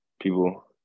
people